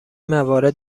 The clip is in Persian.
موارد